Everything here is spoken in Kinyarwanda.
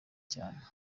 cyane